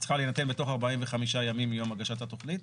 צריכה להינתן תוך 45 ימים מיום הגשת התכנית.